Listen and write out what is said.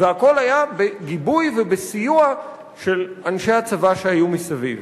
והכול היה בגיבוי ובסיוע של אנשי הצבא שהיו מסביב.